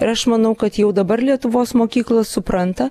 ir aš manau kad jau dabar lietuvos mokyklos supranta